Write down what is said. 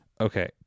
okay